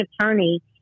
attorney